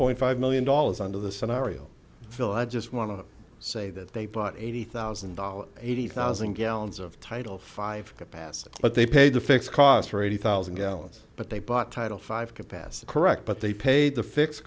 point five million dollars under this scenario phil i just want to say that they bought eighty thousand dollars eighty thousand gallons of title five capacity but they paid the fixed cost for eighty thousand gallons but they bought title five capacity but they paid the fix